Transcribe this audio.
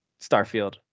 Starfield